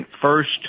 first